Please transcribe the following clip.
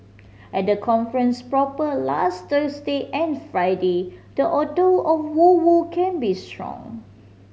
at the conference proper last Thursday and Friday the odour of woo woo can be strong